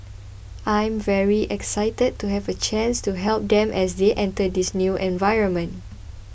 I'm very excited to have a chance to help them as they enter this new environment